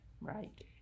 Right